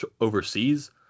overseas